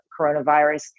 coronavirus